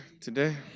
today